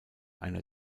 einer